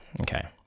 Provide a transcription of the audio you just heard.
Okay